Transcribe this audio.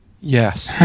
Yes